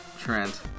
Trent